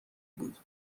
بود